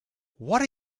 what